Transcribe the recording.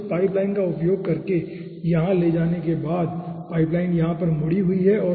तो इस pipe line का उपयोग करके यहाँ ले जाने के बाद पाइपलाइन यहाँ पर मुड़ी हुई है